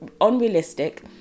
unrealistic